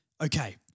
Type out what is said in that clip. Okay